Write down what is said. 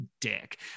dick